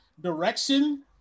direction